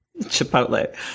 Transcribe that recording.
chipotle